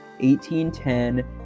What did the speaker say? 1810